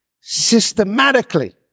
systematically